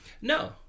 No